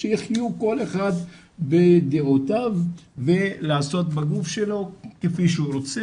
שיחיו כל אחד בדעותיו ולעשות בגוף שלו כפי שהוא רוצה